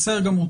בסדר גמור.